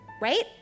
right